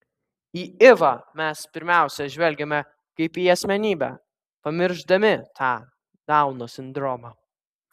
į ivą mes pirmiausia žvelgiame kaip į asmenybę pamiršdami tą dauno sindromą